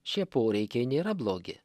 šie poreikiai nėra blogi